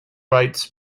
rights